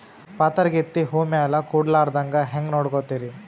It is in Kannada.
ಪಾತರಗಿತ್ತಿ ಹೂ ಮ್ಯಾಲ ಕೂಡಲಾರ್ದಂಗ ಹೇಂಗ ನೋಡಕೋತಿರಿ?